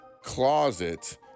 Closet